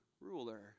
ruler